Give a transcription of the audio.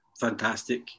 fantastic